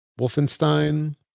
wolfenstein